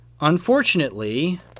unfortunately